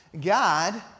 God